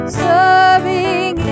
serving